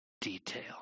detail